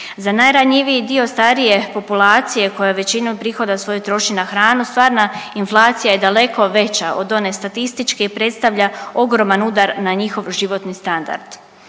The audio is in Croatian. Za najranjiviji dio starije populacije koja većinu prihoda svojih troši na hranu stvarna inflacija je daleko veća od one statističke i predstavlja ogroman udar na njihov životni standard.